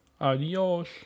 Adios